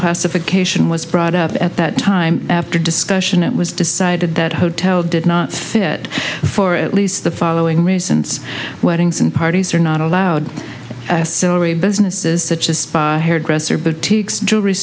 classification was brought up at that time after discussion it was decided that hotel did not fit for at least the following reasons weddings and parties are not allowed similarly businesses such as hairdresser boutiques jewelry